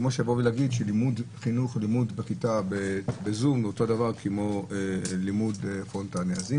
זה כמו להגיד שלימוד בזום הוא כמו לימוד פרונטלי בכיתה.